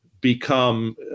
become